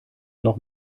noch